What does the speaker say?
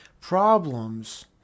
Problems